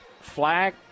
Flag